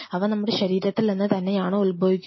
അവ നമ്മുടെ ശരീരത്തിൽ നിന്ന് തന്നെയാണോ ഉൽഭവിക്കുന്നത്